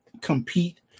compete